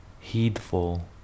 heedful